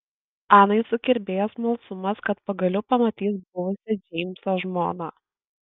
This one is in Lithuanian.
anai sukirbėjo smalsumas kad pagaliau pamatys buvusią džeimso žmoną